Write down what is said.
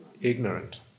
ignorant